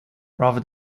rather